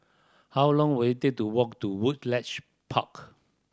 how long will it take to walk to Woodleigh Park